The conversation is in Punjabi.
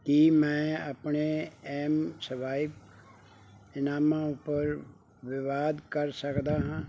ਕੀ ਮੈਂ ਆਪਣੇ ਐੱਮਸਵਾਇਪ ਇਨਾਮਾਂ ਉਪਰ ਵਿਵਾਦ ਕਰ ਸਕਦਾ ਹਾਂ